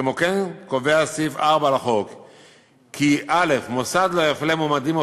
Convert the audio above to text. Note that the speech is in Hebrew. כמו כן קובע סעיף 4 לחוק כי: "(א) מוסד לא יפלה מועמדים או